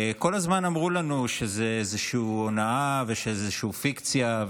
כל הזמן אמרו לנו שזו איזושהי הונאה ושזו איזושהי פיקציה,